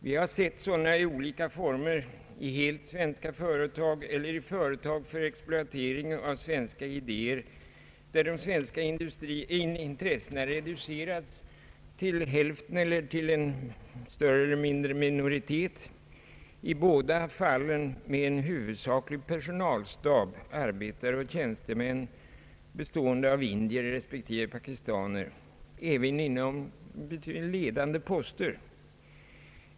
Vi har sett sådana i olika former: i helt svenska företag eller i företag för exploatering av svenska idéer, där de svenska intressena reducerats till hälften eller till en större eller mindre minoritet, i många fall med en huvudsaklig personalstab — arbetare och tjänstemän — av indier respektive pakistaner och det även på ledande poster.